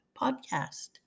Podcast